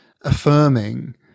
affirming